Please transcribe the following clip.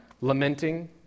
Lamenting